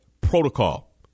protocol